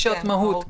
מהות,